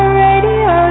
radio